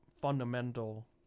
fundamental